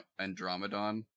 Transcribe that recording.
Andromedon